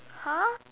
!huh!